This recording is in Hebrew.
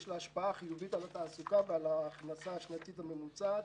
יש השפעה חיובית על התעסוקה ועל ההכנסה השנתית הממוצעת.